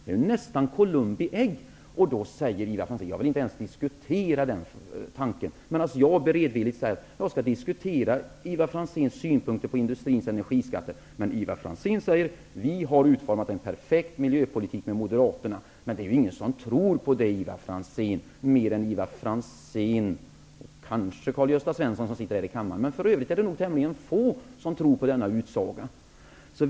Det är nästan Columbi ägg. Då säger Ivar Franzén att han inte ens vill diskutera den tanken, medan jag beredvilligt säger att jag skall diskutera Ivar Franzéns synpunkter på industrins energiskatter. Ivar Franzén förklarar att Centern har utformat en perfekt miljöpolitik tillsammans med Moderaterna. Men det är ingen som tror på det, Ivar Franzén, mer än Ivar Franzén själv och kanske KarlGösta Svenson, som sitter här i kammaren. För övrigt är det tämligen få som tror på denna utsaga.